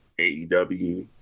AEW